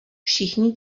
všichni